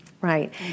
Right